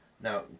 Now